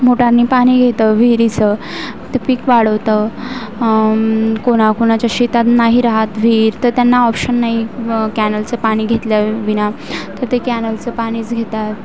मोटारने पाणी येतं विहिरीचं ते पीक वाढवतं कोणाकोणाच्या शेतात नाही राहत विहीर तर त्यांना ऑप्शन नाही मग कॅनलचं पाणी घेतल्याविना तर ते कॅनलचं पाणीच घेतात